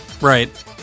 Right